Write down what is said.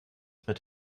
mit